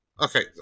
Okay